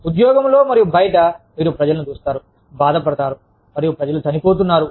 ఉద్యోగంలో మరియు బయట మీరు ప్రజలను చూస్తారు బాధపడతారు మరియు ప్రజలు చనిపోతున్నారు